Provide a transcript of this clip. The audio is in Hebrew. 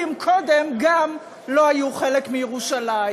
כי הם קודם לא היו חלק מירושלים.